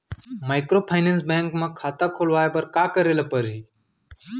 Microfinance bank म खाता खोलवाय बर का करे ल परही?